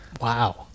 Wow